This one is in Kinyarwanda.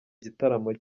igitaramo